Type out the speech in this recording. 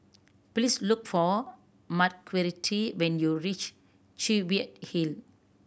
please look for Marguerite when you reach Cheviot Hill